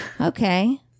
Okay